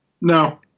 no